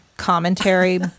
commentary